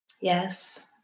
Yes